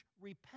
Repent